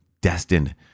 destined